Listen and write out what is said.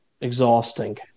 exhausting